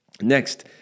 next